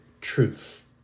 truth